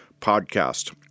podcast